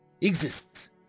exists